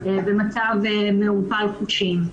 במצב מעורפל חושים.